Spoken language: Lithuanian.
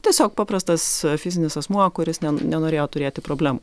tiesiog paprastas fizinis asmuo kuris ne nenorėjo turėti problemų